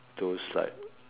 those like